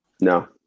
No